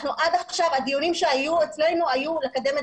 עד עכשיו הדיונים שהיו אצלנו היו לקדם את